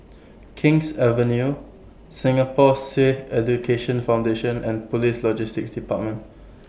King's Avenue Singapore Sikh Education Foundation and Police Logistics department